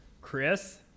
chris